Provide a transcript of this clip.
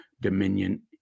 dominion